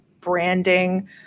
branding